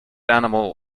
animal